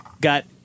got